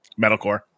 Metalcore